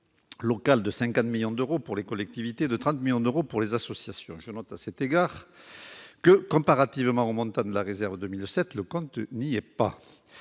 locale de 50 millions d'euros pour les collectivités et de 30 millions d'euros pour les associations. Je note à cet égard que, comparé au montant de la réserve pour 2017, le compte n'y est pas.